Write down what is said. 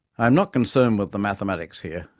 i am not concerned with the mathematics here